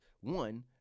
One